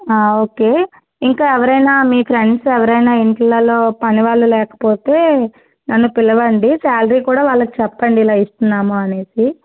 okay ఇంకా ఎవరైనా మీ ఫ్రెండ్స్ ఎవరైనా ఇండ్లలో పనివాళ్ళు లేకపోతే నన్ను పిలవండి శాలరీ కూడా వాళ్ళకి చెప్పండి ఇలా ఇస్తున్నాము అనేసి